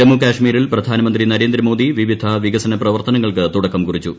ജമ്മു കാശ്മീരിൽ പ്രധാനമന്ത്രി നരേന്ദ്രമോദി വിവിധ വികസന പ്രവർത്തനങ്ങൾക്ക് തുടക്കം കുറിച്ചു